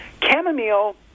Chamomile